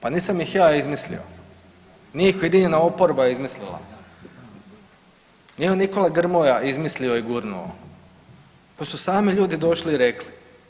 Pa nisam ih ja izmislio, nije ih ujedinjena oporba izmislila, nije ju Nikola Grmoja izmislio i gurnuo, nego su sami ljudi došli i rekli.